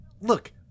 look